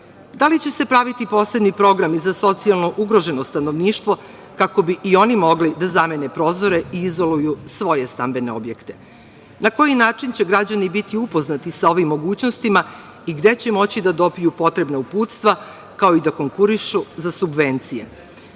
Da li će se baviti posebni program za socijalno ugroženo stanovništvo kako bi i oni mogli da zamene prozore i izoluju svoje stambene objekte? Na koji način će građani biti upoznati sa ovim mogućnostima i gde će moći da dobiju potrebna uputstva, kao i da konkurišu za subvencije?